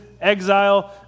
Exile